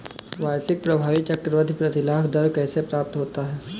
वार्षिक प्रभावी चक्रवृद्धि प्रतिलाभ दर कैसे प्राप्त होता है?